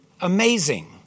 Amazing